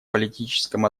политическом